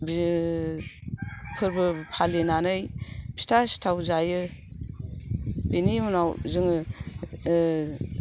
फोरबो फालिनानै फिथा सिताव जायो बिनि उनाव जोङो